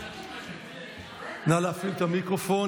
נא להפעיל את המיקרופון.